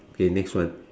okay next one